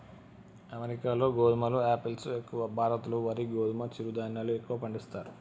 అమెరికాలో గోధుమలు ఆపిల్స్ ఎక్కువ, భారత్ లో వరి గోధుమ చిరు ధాన్యాలు ఎక్కువ పండిస్తారు